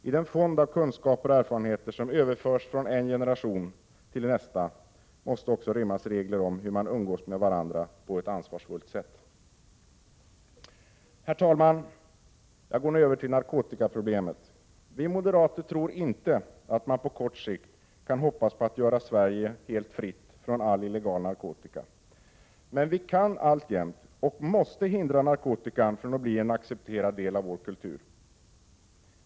I den fond av kunskaper och erfarenheter som överförs från en generation till nästa måste också rymmas regler om hur man umgås med varandra på ett ansvarsfullt sätt. Herr talman! Jag går nu över till narkotikaproblemet. Vi moderater tror inte att man på kort sikt kan hoppas på att göra Sverige helt fritt från all illegal narkotika. Men vi kan alltjämt och måste hindra narkotika från att bli en accepterad del av vår kultur.